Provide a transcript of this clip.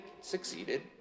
succeeded